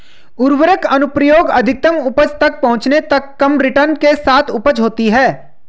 उर्वरक अनुप्रयोग अधिकतम उपज तक पहुंचने तक कम रिटर्न के साथ उपज होती है